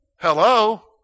Hello